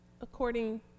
according